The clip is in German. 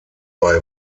bei